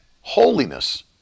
holiness